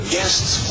guests